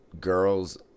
girls